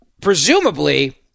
presumably